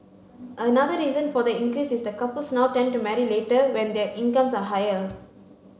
another reason for the increase is that couples now tend to marry later when their incomes are higher